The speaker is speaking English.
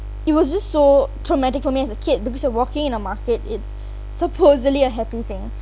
it was just so traumatic for me as a kid because you're walking in a market it's supposedly a happy thing